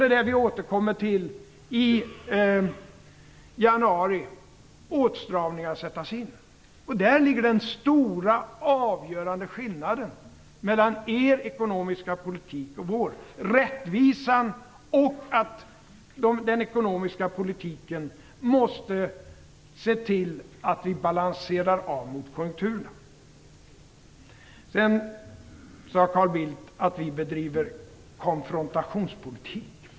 Det är det vi återkommer till i januari. Där ligger den stora avgörande skillnaden mellan er ekonomiska politik och vår: rättvisan, och strävan att den ekonomiska politiken måste se till att vi balanserar av mot konjunkturerna. Carl Bildt sade att vi bedriver konkfrontationspolitik.